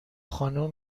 خانوم